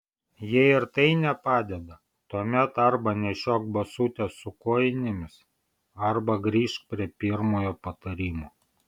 jei ir tai nepadeda tuomet arba nešiok basutes su kojinėmis arba grįžk prie pirmojo patarimo